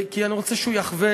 כי אני רוצה שהוא יחווה,